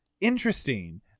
Interesting